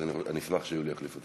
אני אשמח שיולי יחליף אותי.